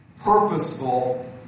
purposeful